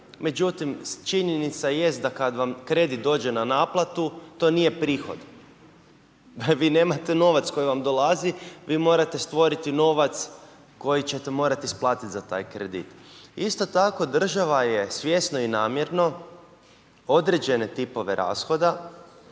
Međutim, činjenica jest da kad vam kredit dođe na naplatu, to nije prihod. Vi nemate novac koji vam dolazi, vi morate stvoriti novac koji ćete morat isplatit za taj kredit. Isto tako, država je svjesno i namjerno određene tipove rashoda